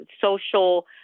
social